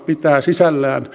pitää sisällään